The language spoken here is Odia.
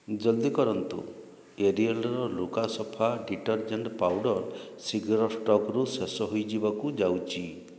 ଜଲ୍ଦି କରନ୍ତୁ ଏରିଏଲ୍ର ଲୁଗାସଫା ଡିଟରଜେଣ୍ଟ୍ ପାଉଡ଼ର୍ ଶୀଘ୍ର ଷ୍ଟକ୍ରୁ ଶେଷ ହୋଇଯିବାକୁ ଯାଉଛି